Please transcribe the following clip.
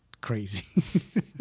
crazy